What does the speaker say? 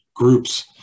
groups